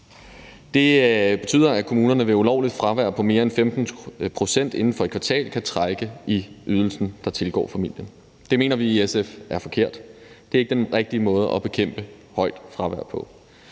Det betyder, at kommunerne ved ulovligt fravær på mere end 15 pct. inden for et kvartal kan trække i ydelsen, der tilgår familien. Det mener vi i SF er forkert. Det er ikke den rigtige måde at bekæmpe et højt fravær på.